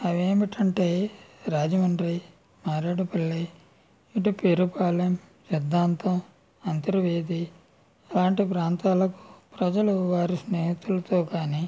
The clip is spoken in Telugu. అవి ఏమిటి అంటే రాజమండ్రి మారేడుపల్లి ఇటు పేరుపాలెం పెద్దాంతం అంతర్వేది అలాంటి ప్రాంతాలకు ప్రజలు వారి స్నేహితులతో కానీ